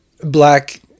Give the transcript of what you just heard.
black